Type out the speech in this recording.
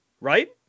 right